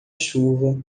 chuva